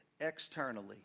externally